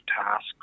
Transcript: tasks